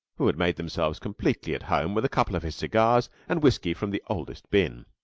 who had made themselves completely at home with a couple of his cigars and whisky from the oldest bin.